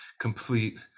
complete